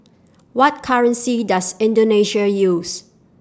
What currency Does Indonesia use